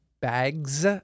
bags